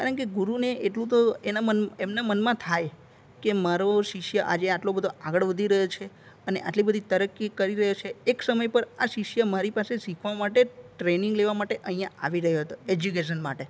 કારણ કે ગુરુને એટલું તો એના એમના મનમાં થાય કે મારો શિષ્ય આજે આટલો બધો આગળ વધી રહ્યો છે અને આટલી બધી તરક્કી કરી રહ્યો છે એક સમય પર આ શિષ્ય મારી પાસે શીખવા માટે જ ટ્રેનિંગ લેવા અહીંયાં આવી રહ્યો હતો એજ્યુકેશન માટે